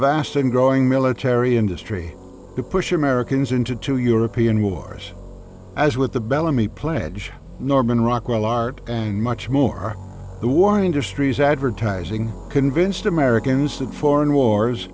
vast and growing military industry to push americans into two european wars as with the bellamy pledge norman rockwell art and much more the warning to streams advertising convinced americans that foreign wars